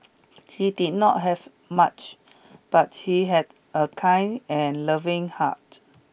he did not have much but he had a kind and loving heart